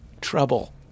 Trouble